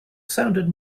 sounded